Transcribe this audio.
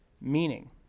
meaning